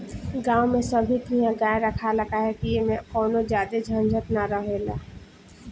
गांव में सभे किहा गाय रखाला काहे कि ऐमें कवनो ज्यादे झंझट ना हखेला